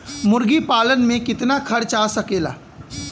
मुर्गी पालन में कितना खर्च आ सकेला?